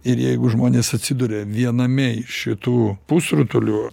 ir jeigu žmonės atsiduria viename šitų pusrutulių